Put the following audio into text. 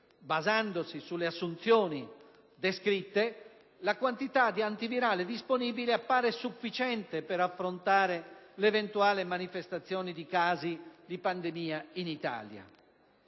Basandosi sulle assunzioni descritte, la quantità di antivirale disponibile appare dunque sufficiente per affrontare l'eventuale manifestazione di casi di pandemia in Italia.